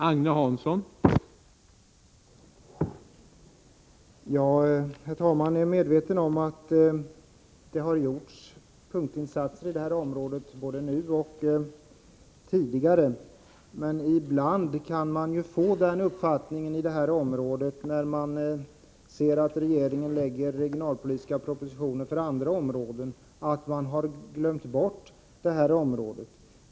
Herr talman! Jag är medveten om att det har gjorts punktinsatser både nu och tidigare. Ibland, när man ser att regeringen lägger fram regionalpolitiska propositioner för andra områden, kan man dock få den uppfattningen att regeringen har glömt bort just detta område.